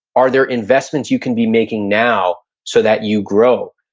are there investments you can be making now so that you grow?